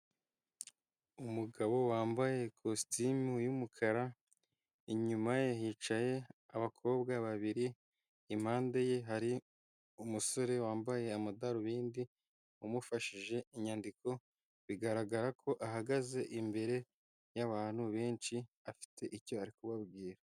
Umugabo wambaye ikositimu y'umukara, inyuma ye hicaye abakobwa babiri, impande ye hari umusore wambaye amadarubindi, umufashije inyandiko, bigaragara ko ahagaze imbere y'abantu benshi, afite icyo ari kubabwira.